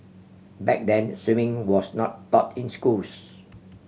back then swimming was not taught in schools